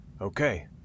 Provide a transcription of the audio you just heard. Okay